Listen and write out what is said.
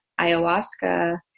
Ayahuasca